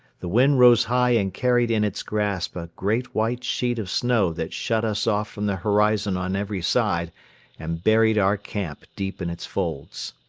the wind rose high and carried in its grasp a great white sheet of snow that shut us off from the horizon on every side and buried our camp deep in its folds.